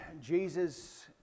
Jesus